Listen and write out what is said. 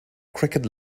crooked